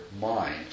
mind